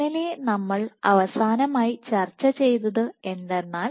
ഇന്നലെ നമ്മൾ അവസാനമായി ചർച്ച ചെയ്തത് എന്തെന്നാൽ